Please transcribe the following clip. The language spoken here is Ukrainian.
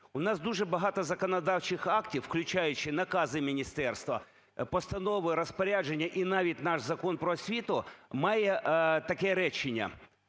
У нас дуже багато законодавчих актів, включаючи накази міністерства, постанови, розпорядження, і навіть наш Закон "Про освіту" має таке речення: